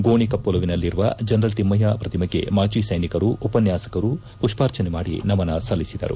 ಗೋಣಿಕೊಪ್ಪಲುವಿನಲ್ಲಿರುವ general Thimayya ಪ್ರತಿಮೆಗೆ ಮಾಜಿ ಸೈನಿಕರು ಉಪನ್ಯಾಸಕರು ಪುಷ್ಪಾರ್ಜನೆ ಮಾಡಿ ನಮನ ಸಲ್ಲಿಸಿದರು